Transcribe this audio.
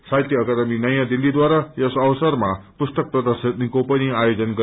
साहित्य अकादमी नयाँ दिल्लीद्वारा यस अवसरमा पुस्तक प्रर्दशनीको पनि आयोजन गरेको थियो